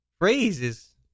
Phrases